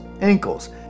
ankles